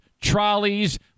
trolleys